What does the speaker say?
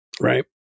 Right